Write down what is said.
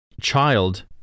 child